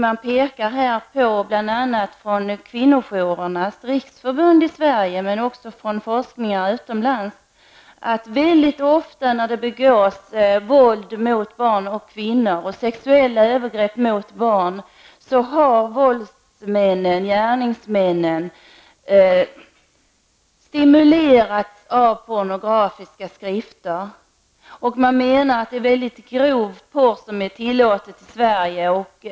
Från bl.a. Kvinnojourernas riksförbund i Sverige, men också från forskare utomlands, har man påpekat att väldigt ofta när det begås våld mot barn och kvinnor och sexuella övergrepp mot barn har gärningsmännen stimulerats av pornografiska skrifter. Man menar att väldigt grov porr är tillåten i Sverige.